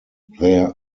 there